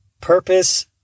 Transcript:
Purpose